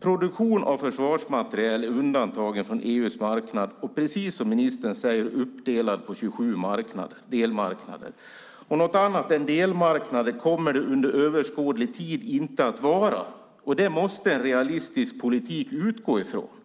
Produktion av försvarsmateriel är undantagen från EU:s marknad och precis som ministern säger uppdelad på 27 delmarknader. Något annat än delmarknader kommer det under överskådlig tid inte heller att vara, och det måste en realistisk politik utgå ifrån.